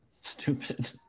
Stupid